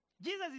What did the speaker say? Jesus